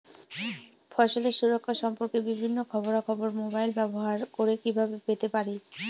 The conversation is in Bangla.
ফসলের সুরক্ষা সম্পর্কে বিভিন্ন খবরা খবর মোবাইল ব্যবহার করে কিভাবে পেতে পারি?